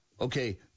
Okay